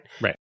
Right